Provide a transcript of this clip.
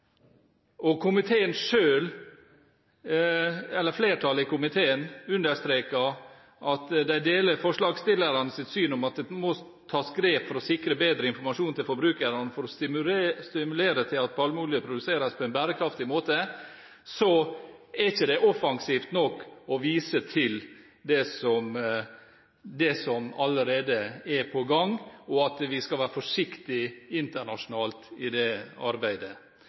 og flertallet i komiteen understreker at den deler forslagsstillernes syn om at « det må tas grep for å sikre bedre informasjon til forbrukere og for å stimulere til at palmeolje produseres på en bærekraftig måte», er det ikke offensivt nok å vise til det som allerede er på gang, og at vi skal være forsiktige internasjonalt i det arbeidet.